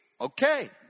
Okay